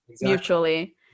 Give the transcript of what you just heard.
Mutually